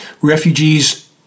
Refugees